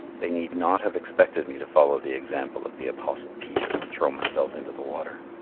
they need not have expected me to follow the example of the apostle peter and throw myself into the water.